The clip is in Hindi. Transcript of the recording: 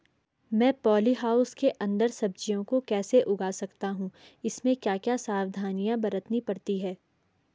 मैं पॉली हाउस के अन्दर सब्जियों को कैसे उगा सकता हूँ इसमें क्या क्या सावधानियाँ बरतनी पड़ती है?